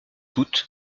août